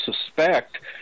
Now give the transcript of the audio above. suspect